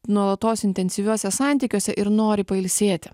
nuolatos intensyviuose santykiuose ir nori pailsėti